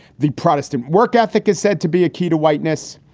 the protestant work ethic is said to be a key to whiteness.